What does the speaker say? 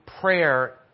prayer